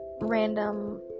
random